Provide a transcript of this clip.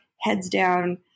heads-down